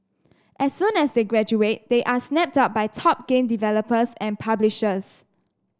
as soon as they graduate they are snapped up by top game developers and publishers